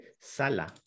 sala